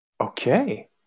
Okay